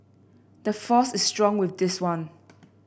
the force is strong with this one